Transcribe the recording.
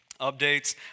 updates